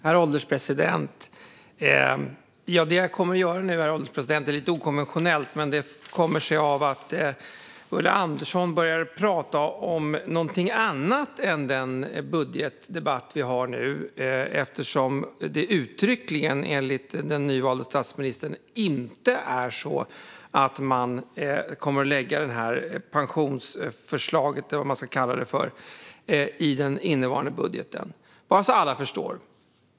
Herr ålderspresident! Jag kommer att göra något okonventionellt, men det kommer sig av att Ulla Andersson började prata om något annat än den budget vi nu debatterar. Den nyvalda statsministern har ju uttryckligen sagt att man inte kommer att lägga fram det här pensionsförslaget, eller vad man ska kalla det, i den innevarande budgeten. Jag säger det bara så att alla förstår.